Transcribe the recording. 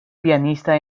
pianista